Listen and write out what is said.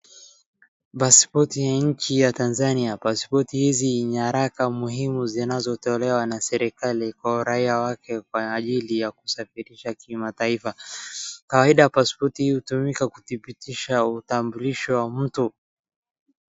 Paspoti ya nchi ya Tanzania. Paspoti hizi nyaraka muhimu zinazotolewa na serikali kwa uraia wake kwa ajili ya kusafirisha kimataifa. Kawaida paspoti hii hutumika kudhibitisha utambulisho wa mtu.